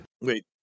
Wait